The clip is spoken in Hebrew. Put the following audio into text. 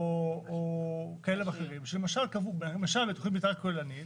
כאלה ואחרים שלמשל קבעו בתכנית מתאר כוללנית